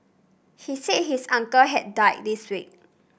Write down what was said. he said his uncle had died this week